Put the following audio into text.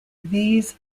these